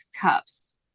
cups